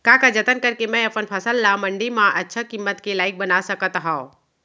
का का जतन करके मैं अपन फसल ला मण्डी मा अच्छा किम्मत के लाइक बना सकत हव?